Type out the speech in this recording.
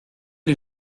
les